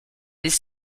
des